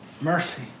mercy